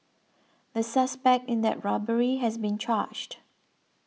the suspect in that robbery has been charged